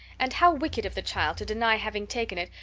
and how wicked of the child to deny having taken it,